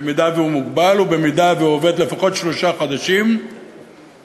אם הוא מוגבל ואם והוא עובד לפחות שלושה חודשים במקום,